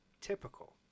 typical